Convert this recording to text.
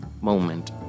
moment